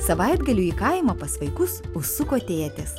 savaitgaliui į kaimą pas vaikus užsuko tėtis